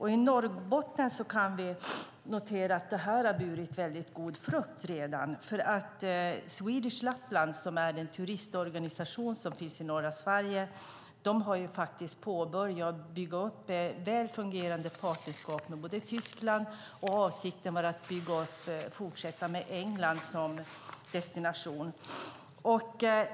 I Norrbotten kan vi notera att det redan har burit väldigt god frukt. Swedish Lapland, en turistorganisation som finns i norra Sverige, har nämligen börjat bygga upp ett väl fungerande partnerskap med Tyskland. Avsikten är att fortsätta med England som destination.